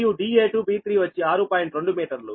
2 మీటర్లు